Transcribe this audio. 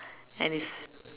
and is